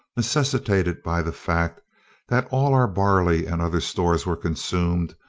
necessitated by the fact that all our barley and other stores were consumed,